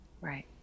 Right